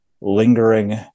lingering